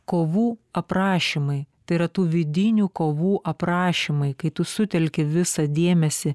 kovų aprašymai tai yra tų vidinių kovų aprašymai kai tu sutelki visą dėmesį